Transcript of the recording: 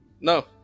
no